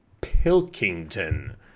Pilkington